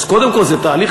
אז קודם כול זה תהליך,